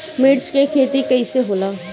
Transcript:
मिर्च के खेती कईसे होला?